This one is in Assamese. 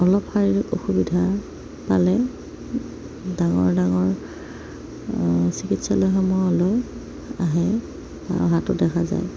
অলপ শাৰীৰিক অসুবিধা পালে ডাঙৰ ডাঙৰ চিকিৎসালয়সমূহলৈ আহে অহাটো দেখা যায়